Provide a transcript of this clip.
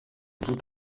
tout